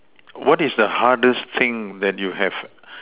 what is the hardest thing that you have